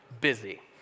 busy